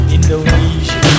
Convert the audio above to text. Indonesia